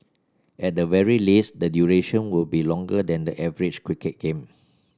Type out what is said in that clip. at the very least the duration will be longer than the average cricket game